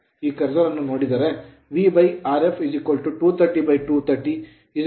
If cursor ಅನ್ನು ನೋಡಿದರೆ V Rf 230230 1 Ampere ampere